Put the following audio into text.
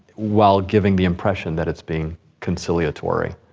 while giving the impression that it's being conciliatory.